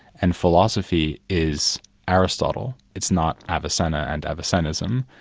and philosophy is aristotle, it's not avicenna and avicennism.